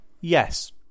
Yes